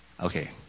Okay